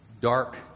dark